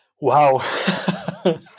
Wow